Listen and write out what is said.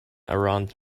around